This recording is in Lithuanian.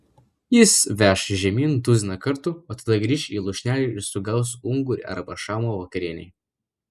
jis veš žemyn tuziną kartų o tada grįš į lūšnelę ir sugaus ungurį arba šamą vakarienei